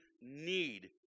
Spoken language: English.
need